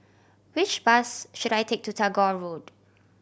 which bus should I take to Tagore Road